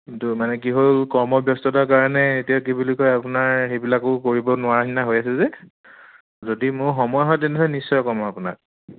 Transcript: কিন্তু মানে কি হ'ল মই ব্যস্ততাৰ কাৰণে এতিয়া কি বুলি কয় আপোনৰ সেইবিলাকো কৰিব নোৱাৰা নিচিনা হৈ আছে যে যদি মোৰ সময় হয় তেনেহ'লে নিশ্চয় ক'ম আপোনাক